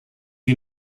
you